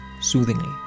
soothingly